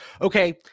Okay